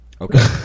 Okay